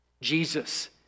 Jesus